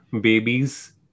babies